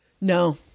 No